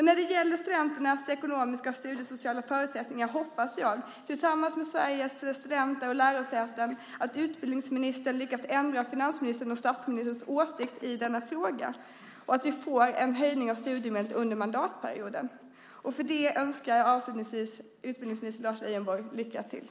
När det gäller studenternas ekonomiska och studiesociala förutsättningar hoppas jag, tillsammans med Sveriges studenter och lärosäten, att utbildningsministern lyckas ändra finansministerns och statsministerns åsikt i denna fråga och att vi får en höjning av studiemedlet under mandatperioden. I det önskar jag utbildningsminister Lars Leijonborg lycka till.